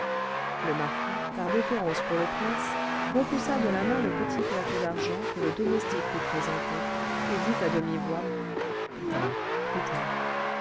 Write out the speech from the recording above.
le marquis par déférence pour le prince repoussa de la main le petit plateau d'argent que le domestique lui présentait et dit à demi-voix plus tard plus tard